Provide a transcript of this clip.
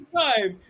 time